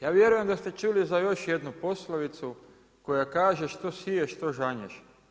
Ja vjerujem da ste čuli za još jednu poslovicu koja kaže „Što siješ to žanješ“